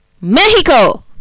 Mexico